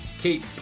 keep